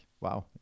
wow